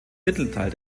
mittelteil